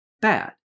bad